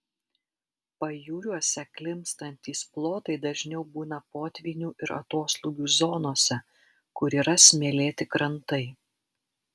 pajūriuose klimpstantys plotai dažniau būna potvynių ir atoslūgių zonose kur yra smėlėti krantai